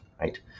right